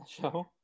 show